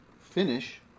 finish